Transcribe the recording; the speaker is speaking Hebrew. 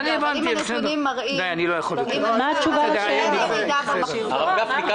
אבל אם הנתונים מראים שאין ירידה במחזור --- הרב גפני,